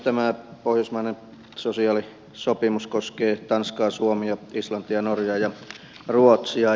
tämä pohjoismainen sosiaalisopimus koskee tanskaa suomea islantia norjaa ja ruotsia